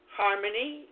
harmony